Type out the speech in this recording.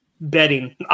betting